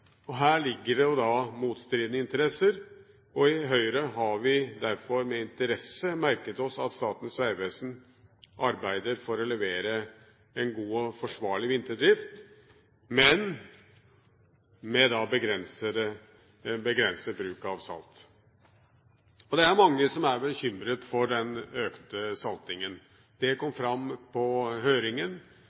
og her ligger det jo da motstridende interesser. I Høyre har vi derfor med interesse merket oss at Statens vegvesen arbeider for å levere en god og forsvarlig vinterdrift, men med begrenset bruk av salt. Det er mange som er bekymret for den økte saltingen. Det kom fram på høringen